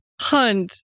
hunt